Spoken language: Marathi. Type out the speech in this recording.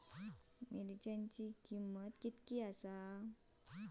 मिरच्यांची किंमत किती आसा?